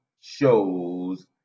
shows